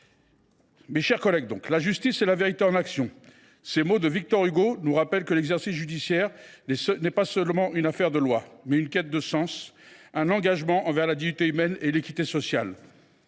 de Fresnes… « La justice est la vérité en action. » Victor Hugo nous rappelle que l’exercice judiciaire n’est pas seulement une affaire de lois, mais aussi une quête de sens, un engagement envers la dignité humaine et l’équité sociale.